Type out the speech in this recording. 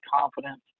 confidence